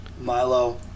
Milo